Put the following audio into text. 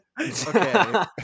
Okay